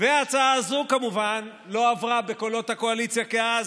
וההצעה הזאת כמובן לא עברה בקולות הקואליציה דאז,